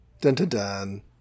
Dun-dun-dun